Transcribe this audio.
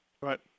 Right